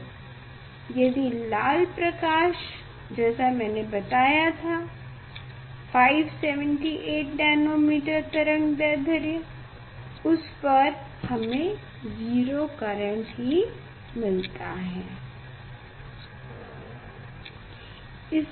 जब 0 वोल्टेज पर रखते हैं तो स्टॉपिंग पोटैन्श्यल का प्रश्न ही नहीं है बिना किसी ऋणात्मक वोल्टेज के एनोड करेंट शून्य मिले इसके लिए दूरी बढ़ा कर तीव्रता कम करना होगा जिस दूरी पर नैनोमीटर में कोई करेंट न दिखाता हो क्योंकि कैथोड के पदार्थ की सतह से कोई इलेक्ट्रॉन उत्सर्जन नहीं हो रहा है